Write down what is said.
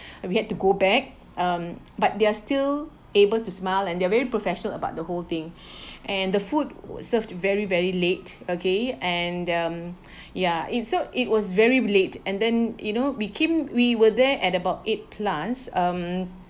and we had to go back mm but they're still able to smile and they are very professional about the whole thing and the food served very very late okay and um ya it so it was very late and then you know we came we were there at about eight plus um